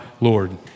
Lord